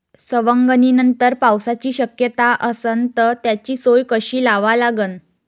सवंगनीनंतर पावसाची शक्यता असन त त्याची सोय कशी लावा लागन?